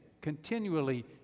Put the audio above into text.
continually